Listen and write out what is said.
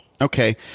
Okay